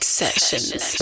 sessions